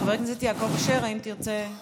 חבר הכנסת יעקב אשר, האם תרצה?